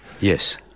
yes